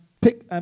pick